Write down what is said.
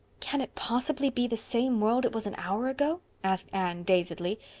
can it possibly be the same world it was an hour ago? asked anne, dazedly.